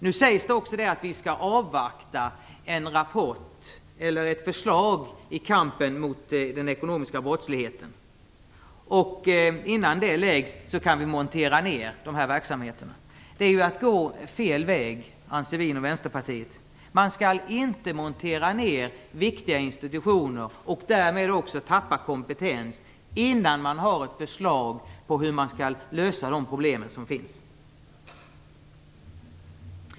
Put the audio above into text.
Nu sägs det också att vi skall avvakta ett förslag i kampen mot den ekonomiska brottsligheten, och innan det läggs fram kan vi montera ned de här verksamheterna. Det är att gå fel väg, anser vi inom Vänsterpartiet. Man skall inte montera ned viktiga institutioner och därmed tappa kompetens innan man har ett förslag om hur man skall lösa de problem som finns.